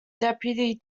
deputy